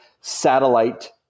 satellite